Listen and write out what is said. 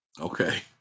Okay